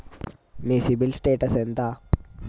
మీ CIBIL status ఎంత?